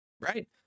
Right